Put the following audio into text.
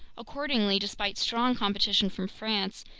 accordingly, despite strong competition from france,